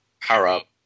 power-up